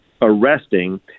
arresting